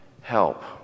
help